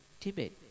Tibet